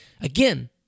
Again